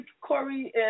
Corey